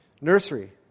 Nursery